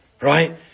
Right